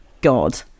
god